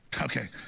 okay